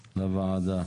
לוועדה.